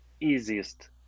easiest